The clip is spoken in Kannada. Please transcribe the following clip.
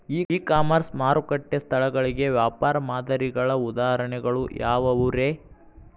ಇ ಕಾಮರ್ಸ್ ಮಾರುಕಟ್ಟೆ ಸ್ಥಳಗಳಿಗೆ ವ್ಯಾಪಾರ ಮಾದರಿಗಳ ಉದಾಹರಣೆಗಳು ಯಾವವುರೇ?